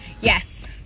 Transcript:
Yes